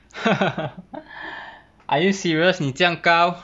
are you serious 你这样高